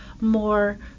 more